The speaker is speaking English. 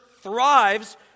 thrives